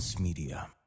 media